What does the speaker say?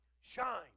Shine